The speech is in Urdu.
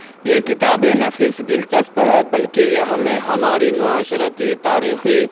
یہ کتابیں نہ صرف دلچسپ ہیں بلکہ یہ ہمیں ہماری معاشرتی تاریخی